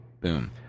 Boom